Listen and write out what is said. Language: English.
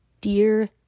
Dear